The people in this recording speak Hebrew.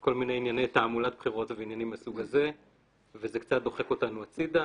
כל מיני ענייני תעמולת בחירות וכולי וזה קצת דוחק אותנו הצידה,